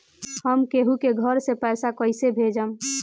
हम केहु के घर से पैसा कैइसे भेजम?